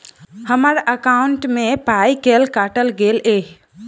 हम्मर एकॉउन्ट मे पाई केल काटल गेल एहि